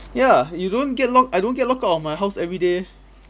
ya you don't get lock~ I don't get locked out of my house everyday eh